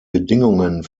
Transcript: bedingungen